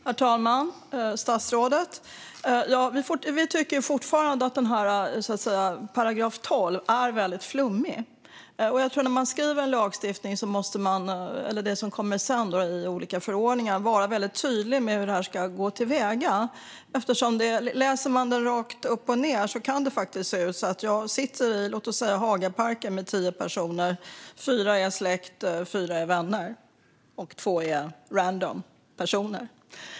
Herr talman, statsrådet! Vi tycker fortfarande att § 12 är väldigt flummig. När en lagstiftning skrivs måste det som sedan kommer i olika förordningar vara väldigt tydligt när det gäller hur man ska gå till väga. Vi kan läsa den rakt upp och ned, och då kan det faktiskt se ut så här: Man kan sitta i låt oss säga Hagaparken med tio personer, varav fyra är släkt och fyra är vänner och två är random personer.